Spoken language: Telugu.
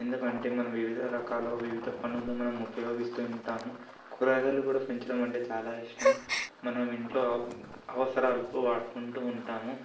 ఎందుకంటే మనం వివిధ రకాల వివిధ పనులు మనం ఉపయోగిస్తూ ఉంటాము కూరగాయలు కూడా పెంచడమంటే చాలా ఇష్టం మనం ఇంట్లో అవసరాలతో వాడుకుంటూ ఉంటాము